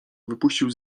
wypuścił